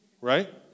right